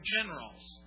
generals